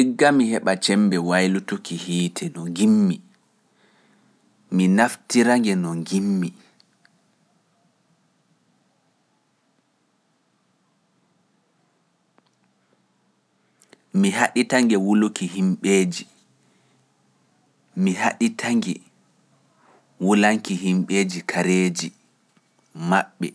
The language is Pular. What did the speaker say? Igga mi heɓa cembe waylutuki hiite no njimmi, mi naftira nge no njimmi. Mi haɗita nge wuluki himɓeeji, mi haɗita nge wulanki himɓeeji kareeji maɓɓe.